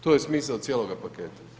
To je smisao cijeloga paketa.